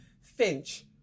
Finch